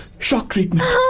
shock treatment.